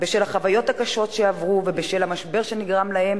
בשל החוויות הקשות שעברו ובשל המשבר שנגרם להם